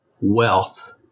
wealth